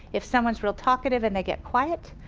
if someone's real talkative and they get quiet.